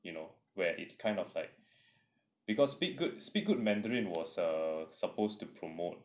you know where it kind of like because speak good speak good mandarin was supposed to promote